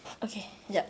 okay jap